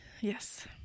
Yes